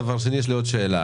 דבר שני, יש לי עוד שאלה.